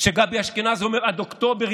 כשגבי אשכנזי אומר: עד אוקטובר,